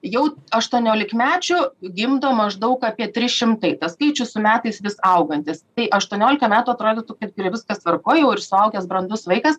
jau aštuoniolikmečių gimdo maždaug apie tris šimtai tas skaičius su metais vis augantis tai aštuoniolika metų atrodytų viskas tvarkoj jau ir suaugęs brandus vaikas